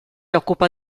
occupa